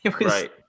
Right